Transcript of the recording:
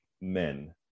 men